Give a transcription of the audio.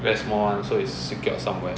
very small [one] so it is secured somewhere